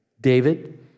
David